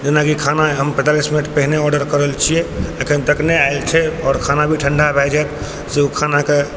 जेनाकि खाना हम पैँतालिस मिनट पहिने ऑडर करल छिए एखन तक नहि आएल छै आओर खाना भी ठण्डा भऽ जाएतसे ओ खानाके